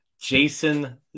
Jason